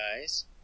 guys